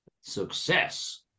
Success